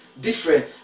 different